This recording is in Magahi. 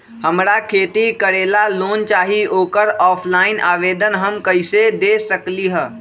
हमरा खेती करेला लोन चाहि ओकर ऑफलाइन आवेदन हम कईसे दे सकलि ह?